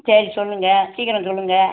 சரி சொல்லுங்கள் சீக்கரம் சொல்லுங்கள்